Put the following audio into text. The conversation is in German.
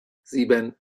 sieben